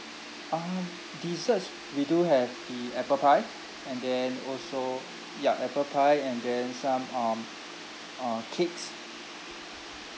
um desserts we do have the apple pie and then also ya apple pie and then some um uh cakes